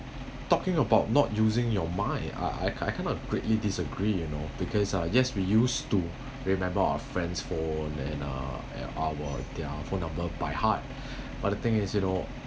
talking about not using your mind I I I cannot greatly disagree you know because uh yes we used to remember our friends' phone and uh our their phone number by heart but the thing is you know